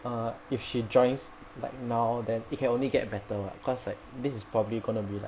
err if she joins like now then it can only get better [what] cause like this is probably going to be like